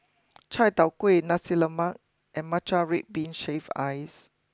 Chai tow Kuay Nasi Lemak and Matcha Red Bean Shaved Ice